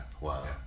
Wow